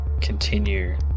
continue